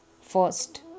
first